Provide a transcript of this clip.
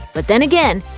but then again,